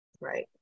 Right